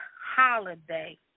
holiday